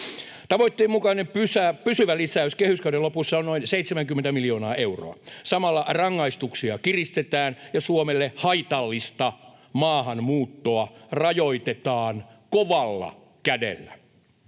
Tavoitteen mukainen pysyvä lisäys kehyskauden lopussa on noin 70 miljoonaa euroa. Samalla rangaistuksia kiristetään ja Suomelle haitallista maahanmuuttoa rajoitetaan kovalla kädellä.